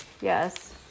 Yes